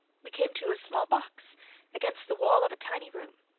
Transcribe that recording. we came to a small box against the wall of a tiny room.